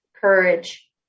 courage